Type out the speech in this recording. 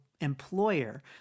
employer